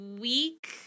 week